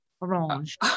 Orange